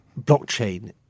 blockchain